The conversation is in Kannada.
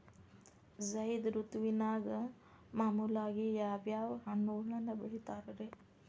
ಝೈದ್ ಋತುವಿನಾಗ ಮಾಮೂಲಾಗಿ ಯಾವ್ಯಾವ ಹಣ್ಣುಗಳನ್ನ ಬೆಳಿತಾರ ರೇ?